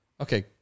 Okay